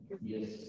yes